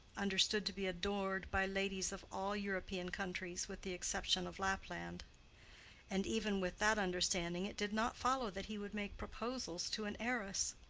understood to be adored by ladies of all european countries with the exception of lapland and even with that understanding it did not follow that he would make proposals to an heiress.